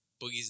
Boogie's